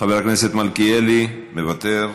חבר הכנסת מלכיאלי, מוותר,